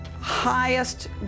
highest